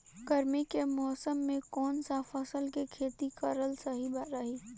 गर्मी के मौषम मे कौन सा फसल के खेती करल सही रही?